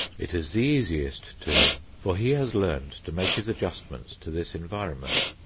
it is the easiest to him, for he has learned to make his adjustments to this environment.